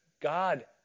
God